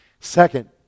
Second